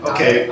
Okay